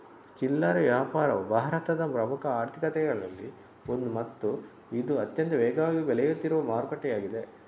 ಚಿಲ್ಲರೆ ವ್ಯಾಪಾರವು ಭಾರತದ ಪ್ರಮುಖ ಆರ್ಥಿಕತೆಗಳಲ್ಲಿ ಒಂದು ಮತ್ತು ಇದು ಅತ್ಯಂತ ವೇಗವಾಗಿ ಬೆಳೆಯುತ್ತಿರುವ ಮಾರುಕಟ್ಟೆಯಾಗಿದೆ